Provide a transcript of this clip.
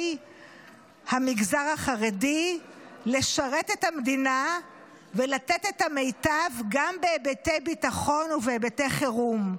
המגזר החרדי לשרת את המדינה ולתת את המיטב גם בהיבטי ביטחון ובהיבטי חירום.